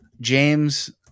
James